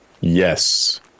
Yes